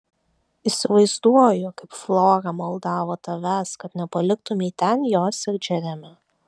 įsivaizduoju kaip flora maldavo tavęs kad nepaliktumei ten jos ir džeremio